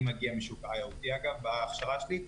אני מגיע משוק ה-IOD בהכשרה שלי.